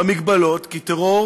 במגבלות, כי טרור